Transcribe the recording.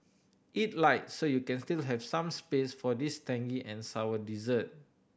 eat light so you can still have some space for this tangy and sour dessert